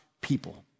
people